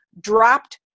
dropped